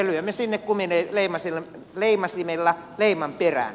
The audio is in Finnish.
me lyömme sinne kumileimasimella leiman perään